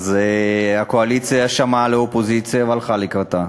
אז הקואליציה שמעה לאופוזיציה והלכה לקראתה.